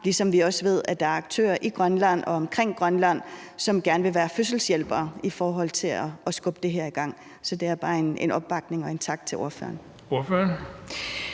ligesom vi også ved, at der er aktører i og omkring Grønland, som gerne vil være fødselshjælpere i forhold til at skubbe det her i gang. Så det er bare en opbakning og en tak til ordføreren.